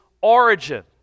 origin